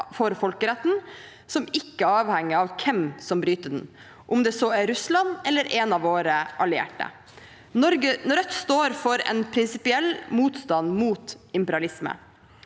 av folkeretten som ikke avhenger av hvem som bryter den – om det er Russland eller en av våre allierte. Rødt står for en prinsipiell motstand mot imperialisme.